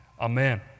Amen